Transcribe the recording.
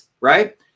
right